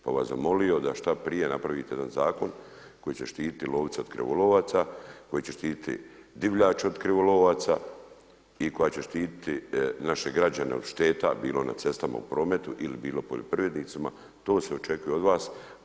Pa bih vas zamolio da šta prije napravite jedan zakon koji će štititi lovce od krivolovaca, koji će štititi divljač od krivolovaca i koji će štititi naše građane od šteta bilo na cestama u prometu ili bilo poljoprivrednicima, to se očekuje od vas.